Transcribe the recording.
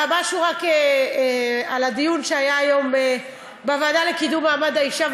רק משהו על הדיון שהיה היום בוועדה לקידום מעמד האישה,